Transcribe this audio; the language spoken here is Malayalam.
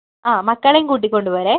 ആ മക്കളേയും കൂട്ടിക്കൊണ്ട് പോര്